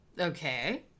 Okay